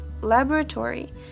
laboratory